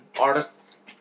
artists